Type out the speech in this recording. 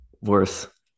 worth